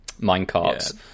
minecarts